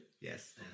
Yes